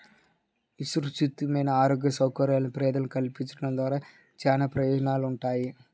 విస్తృతమైన ఆరోగ్య సౌకర్యాలను పేదలకు కల్పించడం ద్వారా చానా ప్రయోజనాలుంటాయి